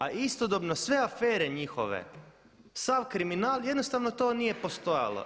A istodobno sve afere njihove, sav kriminal jednostavno to nije postojalo.